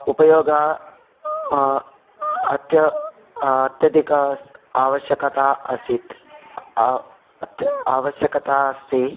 उपयोगः अत्य अत्याधिकः आवश्यकता आसीत् आ अत् आवश्यकता अस्ति